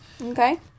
Okay